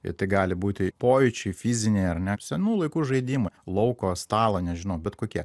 i tai gali būti pojūčiai fiziniai ar ne senų laikų žaidimai lauko stalo nežinau bet kokie